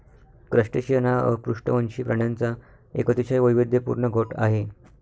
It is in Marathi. क्रस्टेशियन हा अपृष्ठवंशी प्राण्यांचा एक अतिशय वैविध्यपूर्ण गट आहे